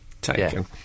taken